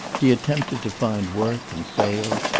he attempted to find work and failed,